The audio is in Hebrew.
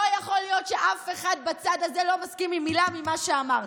לא יכול להיות שאף אחד בצד הזה לא מסכים עם מילה ממה שאמרתי.